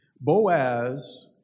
Boaz